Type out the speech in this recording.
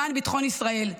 למען ביטחון ישראל.